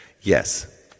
Yes